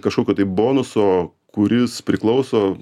kažkokio tai bonuso kuris priklauso